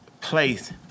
place